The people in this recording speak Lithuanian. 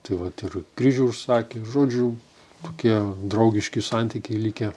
tai vat ir kryžių užsakė žodžiu tokie draugiški santykiai likę